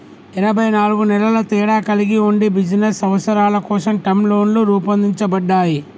ఎనబై నాలుగు నెలల తేడా కలిగి ఉండి బిజినస్ అవసరాల కోసం టర్మ్ లోన్లు రూపొందించబడ్డాయి